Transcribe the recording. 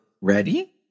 ready